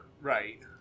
Right